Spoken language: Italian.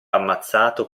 ammazzato